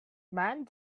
man